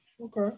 Okay